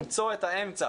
כדי למצוא את האמצע